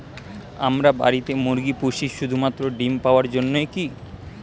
আমরা বাড়িতে মুরগি পুষি শুধু মাত্র ডিম পাওয়ার জন্যই কী?